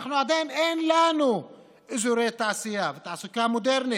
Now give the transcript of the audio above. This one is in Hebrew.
ועדיין אין לנו אזורי תעשייה ותעסוקה מודרנית,